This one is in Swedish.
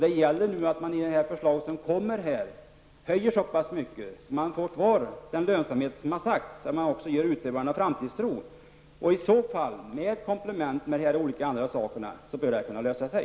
Det gäller att man i det förslag som skall läggas fram höjer så pass mycket att man får den lönsamhet som har sagts. Därmed ger man också utövarna framtidstro. Om man kompletterar med andra åtgärder bör det kunna lösa sig.